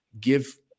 Give